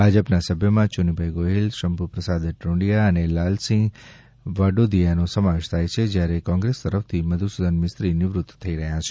ભાજપના સભ્યોમાં યુનીભાઈ ગોહિલ શંભુ પ્રસાદ ટૂંડિયા અને લાલસિંહ વાડોદીયા નો સમાવેશ થાય છે જ્યારે કોંગ્રેસ તરફથી મધુસૂદન મિસ્ત્રી નિવૃત થઈ રહ્યા છે